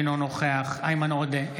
אינו נוכח איימן עודה,